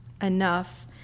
enough